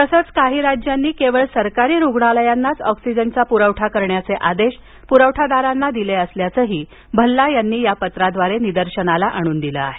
तसंच काही राज्यांनी केवळ सरकारी रुग्णालयांनाच ऑक्सिजनचा प्रवठा करण्याचे आदेश ऑक्सिजन प्रवठादारांना दिले असल्याचंही भल्ला यांनी पत्राद्वारे निदर्शनास आणून दिलं आहे